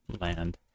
Land